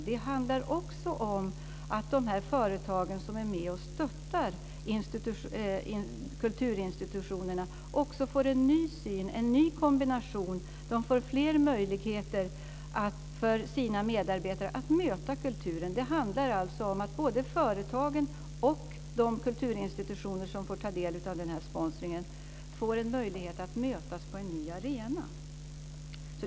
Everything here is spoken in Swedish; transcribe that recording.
Men det handlar också om att de företag som är med och stöttar kulturinstitutionerna får en ny syn, en ny kombination, om att de får fler möjligheter för sina medarbetare att möta kulturen. Det är alltså fråga om att både företagen och de kulturinstitutioner som får ta del av den här sponsringen får möjlighet att mötas på en ny arena.